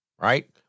right